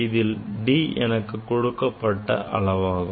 இதில் d என்பது கொடுக்கப்பட்ட அளவாகும்